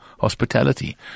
hospitality